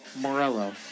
Morello